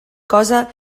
cosa